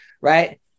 Right